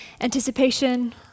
anticipation